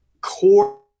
core